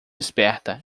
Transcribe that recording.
esperta